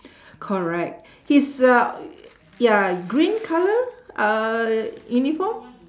correct he's a ya green colour uhh uniform